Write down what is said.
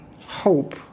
hope